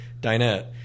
Dinette